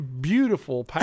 beautiful